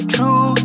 True